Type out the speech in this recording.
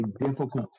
difficult